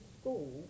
school